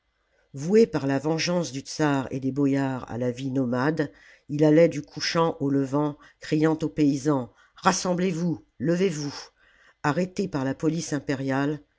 voué par la vengeance du tzar et des boyards à la vie nomade il allait du couchant au levant criant aux paysans rassemblez vous levez-vous arrêté par la police impériale